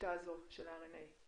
בשיטה של הרנ"א.